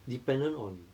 dependant on